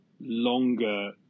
longer